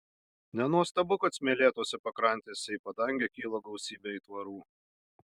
nenuostabu kad smėlėtose pakrantėse į padangę kyla gausybė aitvarų